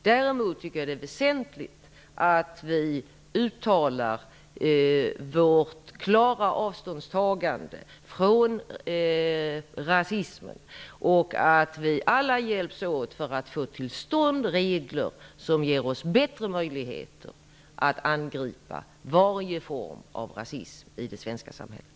Däremot tycker jag att det är väsentligt att vi uttalar vårt klara avståndstagande från rasismen och att vi alla hjälps åt för att få till stånd regler som ger oss bättre möjligheter att angripa varje form av rasism i det svenska samhället.